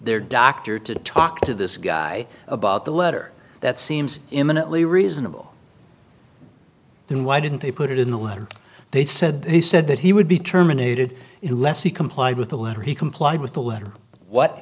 their doctor to talk to this guy about the letter that seems imminently reasonable then why didn't they put it in the letter they said they said that he would be terminated less he complied with the letter he complied with the letter what